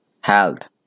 health